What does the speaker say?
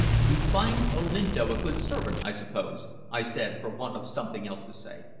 you find olinto a good servant, i suppose? i said, for want of something else to say.